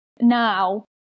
now